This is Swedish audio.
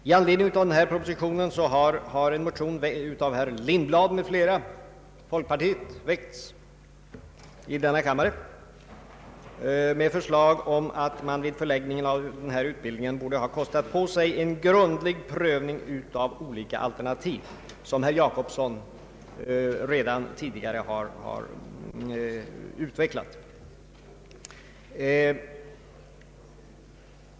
I anledning av denna proposition har en motion väckts av herr Lindblad och andra från folkpartiet med förslag att man i fråga om förläggningen av denna utbildning borde kosta på sig en grundlig prövning av olika alternativ, så som herr Per Jacobsson redan tidigare har utvecklat.